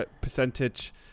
percentage